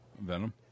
Venom